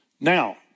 Now